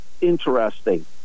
interesting